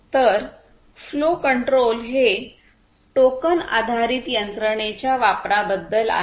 तर flow control हे token आधारित यंत्रणेच्या वापराबद्दल आहे